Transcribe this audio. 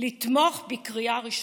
לתמוך בקריאה ראשונה.